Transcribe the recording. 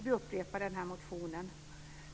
Vi upprepade denna motion.